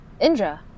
Indra